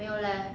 no lah